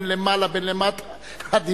בין למעלה ובין למטה,